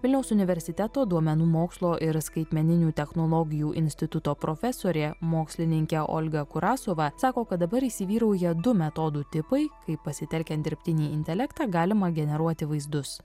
vilniaus universiteto duomenų mokslo ir skaitmeninių technologijų instituto profesorė mokslininkė olga kurasova sako kad dabar įsivyrauja du metodų tipai kaip pasitelkiant dirbtinį intelektą galima generuoti vaizdus